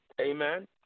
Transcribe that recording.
Amen